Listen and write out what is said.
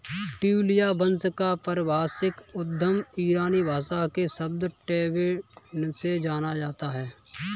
ट्यूलिया वंश का पारिभाषिक उद्गम ईरानी भाषा के शब्द टोलिबन से माना जाता है